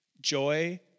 joy